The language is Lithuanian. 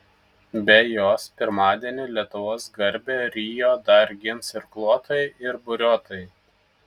be jos pirmadienį lietuvos garbę rio dar gins irkluotojai ir buriuotojai